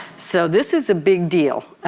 so this is a big deal